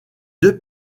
deux